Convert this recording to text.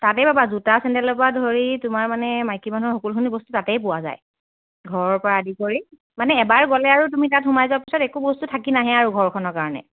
তাতে পাবা জোতা চেণ্ডেলৰ পৰা ধৰি তোমাৰ মানে মাইকী মানুহৰ সকলোখিনি বস্তু তাতেই পোৱা যায় ঘৰৰ পৰা আদি কৰি মানে এবাৰ গ'লে আৰু তুমি তাত সোমাই যোৱাৰ পিছত একো বস্তু থাকি নাহে আৰু ঘৰখনৰ কাৰণে